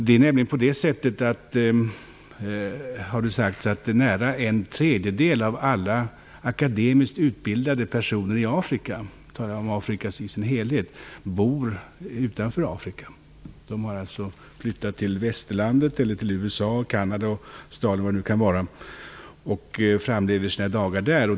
Det har nämligen sagts att nära en tredjedel av alla akademiskt utbildade personer i Afrika - då talar jag om Afrika i dess helhet - bor utanför Afrika. De har alltså flyttat till Västerlandet, USA, Kanada, Australien eller vad det nu kan vara och framlever sina dagar där.